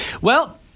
Well-